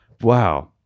Wow